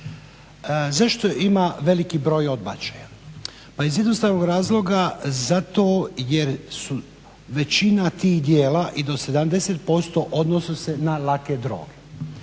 Zašto ima veliki broj odbačaja? Pa iz jednostavnog razloga zato jer većina tih djela i do 70% odnose se na lake droge.